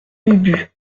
ubu